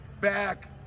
back